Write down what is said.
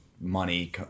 money